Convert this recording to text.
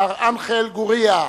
מר אנחל גורייה,